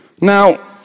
now